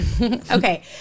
Okay